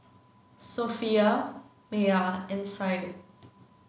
Sofea Maya and Syed